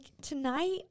tonight